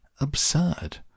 absurd